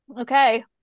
Okay